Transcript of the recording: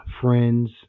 friends